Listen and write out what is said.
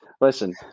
Listen